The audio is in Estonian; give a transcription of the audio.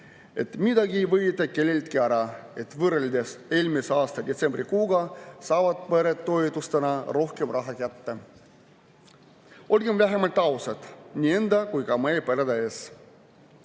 et midagi ei võeta kelleltki ära, et võrreldes eelmise aasta detsembrikuuga saavad pered toetustena rohkem raha kätte. Olgem vähemalt ausad nii enda kui ka meie perede ees!